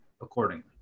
accordingly